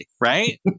right